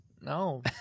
No